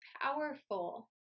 powerful